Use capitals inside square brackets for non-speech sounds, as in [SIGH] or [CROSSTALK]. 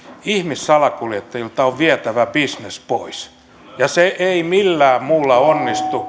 ihmissalakuljettajilta on vietävä bisnes pois ja se ei millään muulla onnistu [UNINTELLIGIBLE]